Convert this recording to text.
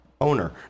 owner